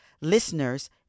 listeners